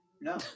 No